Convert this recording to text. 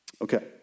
Okay